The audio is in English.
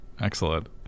Excellent